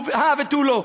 הא ותו לא,